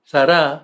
Sara